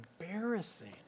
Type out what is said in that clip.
embarrassing